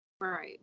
Right